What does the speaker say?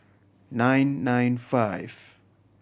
nine nine five